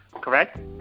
correct